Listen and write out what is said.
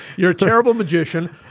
you're a terrible magician.